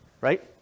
right